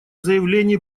заявления